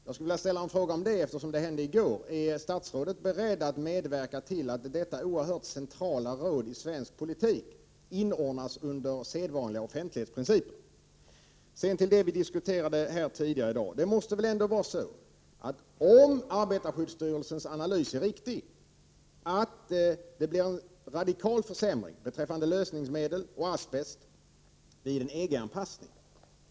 Jag skulle vilja ställa en fråga om detta — det gäller vad som hände i går: Är statsrådet beredd att medverka till att detta oerhört centrala råd i svensk politik inordnas under sedvandliga offentlighetsprinciper? Sedan vill jag ta upp det som vi diskuterade tidigare. Om arbetarskyddsstyrelsens analys är riktig måste väl en EG-anpassning innebära en radikal försämring när det gäller lösningsmedel och asbest?